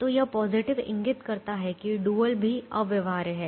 तो यह पॉजिटिव इंगित करता है कि डुअल भी अव्यवहार्य है